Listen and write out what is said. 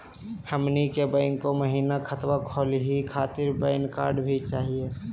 हमनी के बैंको महिना खतवा खोलही खातीर पैन कार्ड भी चाहियो?